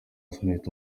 smith